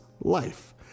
life